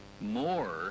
more